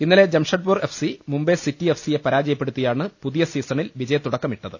ഇന്നലെ Jamshedpur F C Mumbai City F സിയെ പരാജയപ്പെടുത്തിയാണ് പുതിയ സീസണിൽ വിജയത്തുടക്കമിട്ടത്